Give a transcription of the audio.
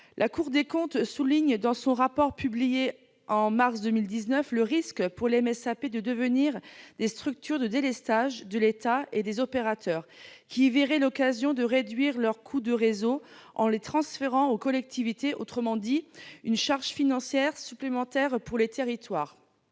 La Cour des comptes souligne, dans son rapport de mars 2019, le risque pour les MSAP de devenir « des structures de délestage de l'État et des opérateurs qui y verraient l'occasion de réduire leurs coûts de réseaux en les transférant aux collectivités ». Autrement dit, une charge financière supplémentaire pour les territoires.